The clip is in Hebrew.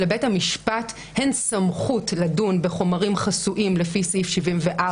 שלבית המשפט אין סמכות לדון בחומרים חסויים לפי סעיף 74,